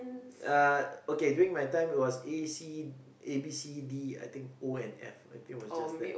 uh okay during my time it was A C A B C D I think O and F I think it was just that